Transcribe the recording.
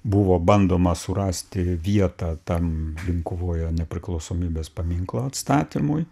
buvo bandoma surasti vietą tam linkuvoje nepriklausomybės paminklo atstatymui